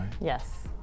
Yes